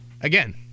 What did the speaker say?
again